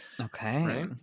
Okay